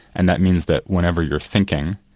and that means that whenever you're thinking,